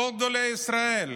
כל גדולי ישראל,